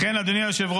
לכן, אדוני היושב-ראש,